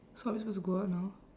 so are we supposed to go out now